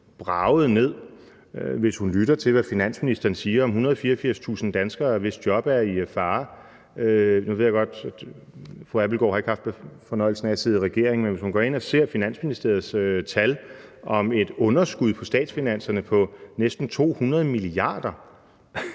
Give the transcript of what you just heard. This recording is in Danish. bragede ned, hvis hun lytter til, hvad finansministeren siger om 184.000 danskere, hvis job er i fare, og nu ved jeg godt, at fru Mette Abildgaard ikke har haft fornøjelsen af at sidde i regering, men hvis hun går ind og ser på Finansministeriets tal om et underskud på statsfinanserne på næsten 200 mia. kr.,